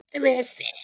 listen